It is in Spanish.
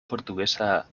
portuguesa